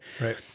Right